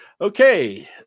Okay